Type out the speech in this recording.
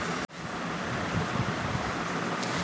কুমড়োর বীজে অনেক রকমের পুষ্টি থাকে যা শরীরের জন্য ভালো